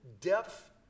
depth